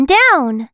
down